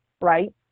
right